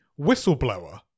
whistleblower